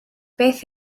beth